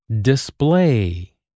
display